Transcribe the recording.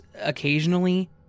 occasionally